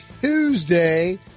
Tuesday